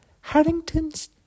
Harrington's